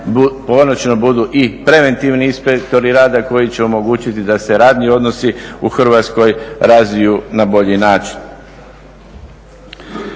konačno budu i preventivni inspektori rada koji će omogućiti da se radni odnosi u Hrvatskoj razviju na bolji način.